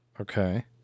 Okay